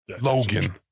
Logan